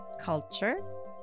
culture